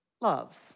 loves